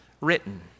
written